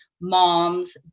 moms